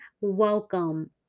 welcome